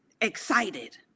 excited